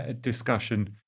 discussion